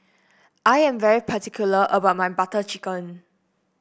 I am very particular about my Butter Chicken